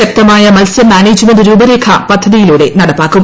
ശക്തമായ മത്സ്യ മാനേജ്മെന്റ് രൂപരേഖ പദ്ധതിയിലൂടെ നടപ്പാക്കും